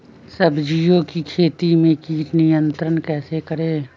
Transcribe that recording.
सब्जियों की खेती में कीट नियंत्रण कैसे करें?